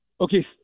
okay